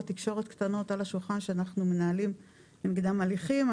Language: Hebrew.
תקשורת קטנות על השולחן שאנחנו מנהלים נגדן הליכים.